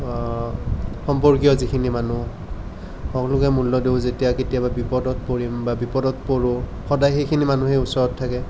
সম্পৰ্কীয় যিখিনি মানুহ সকলোকে মূল্য দিওঁ যেতিয়া কেতিয়াবা বিপদত পৰিম বা বিপদত পৰোঁ সদায় সেইখিনি মানুহে ওচৰত থাকে